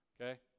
okay